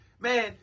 Man